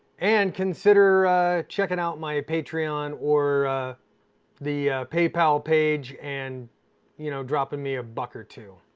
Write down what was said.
and consider checking out my patreon or the paypal page and you know dropping me a buck or two.